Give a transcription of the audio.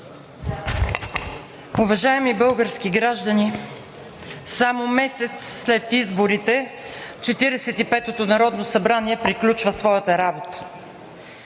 Уважаеми български граждани! Само месец след изборите Четиридесет и петото народно събрание приключва своята работа.